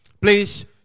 Please